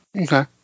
Okay